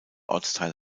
ortsteil